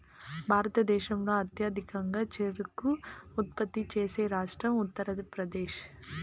భారతదేశంలో అత్యధికంగా చెరకు ఉత్పత్తి చేసే రాష్ట్రం ఉత్తరప్రదేశ్